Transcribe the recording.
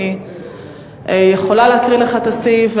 אני יכולה להקריא לך את הסעיף.